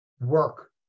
work